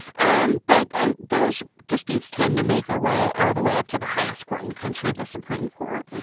um but ah those disputes tend to make their way all the way up to the highest court in the country, the supreme court.